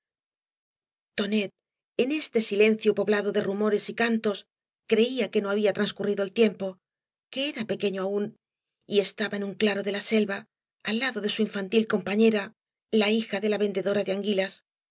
tonet en este silencio poblado de rumores j cantos creía que no había transcurrido el tiempo que era pequeño aún y estaba en un claro de la selva al lado de su iofantil compañera la híj de ia vendedora de anguilas